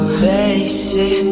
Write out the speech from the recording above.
basic